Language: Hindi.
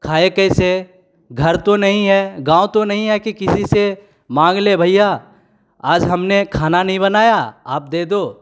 खाएँ कैसे घर तो नहीं है गाँव तो नहीं है कि किसी से माँग लें भैया आज हमने खाना नहीं बनाया आप दे दो